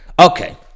Okay